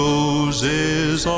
Roses